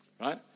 Right